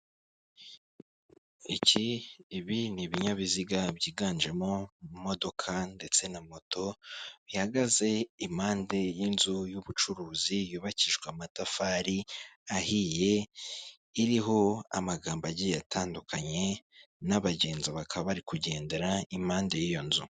Ibi ni ibinyabiziga byiganjemo imodoka ndetse na moto bihagaze impande y'inzu y'ubucuruzi yubakijwe amatafari ahiye iriho amagambo agiye atandukanye n'abagenzi bakaba bari kugendera impande y'iyo nzu.